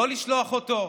לא לשלוח אותו,